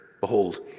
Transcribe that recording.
Behold